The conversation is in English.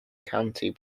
county